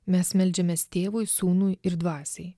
mes meldžiamės tėvui sūnui ir dvasiai